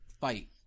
fight